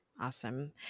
awesome